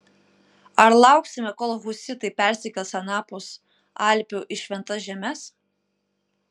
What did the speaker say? ar lauksime kol husitai persikels anapus alpių į šventas žemes